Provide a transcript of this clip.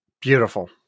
Beautiful